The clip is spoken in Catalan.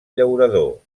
llaurador